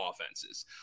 offenses